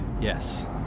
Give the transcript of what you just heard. yes